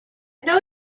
know